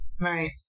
Right